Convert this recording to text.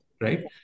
right